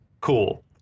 Cool